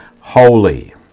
holy